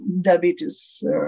diabetes